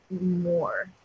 more